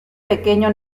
pequeño